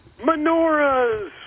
Menorahs